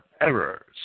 errors